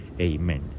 Amen